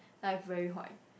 like very white